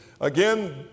Again